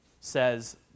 says